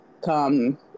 Come